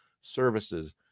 services